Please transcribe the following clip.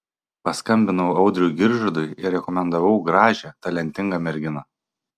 paskambinau audriui giržadui ir rekomendavau gražią talentingą merginą